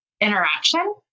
interaction